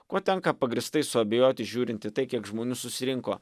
kuo tenka pagrįstai suabejoti žiūrint į tai kiek žmonių susirinko